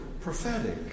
prophetic